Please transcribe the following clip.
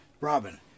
robin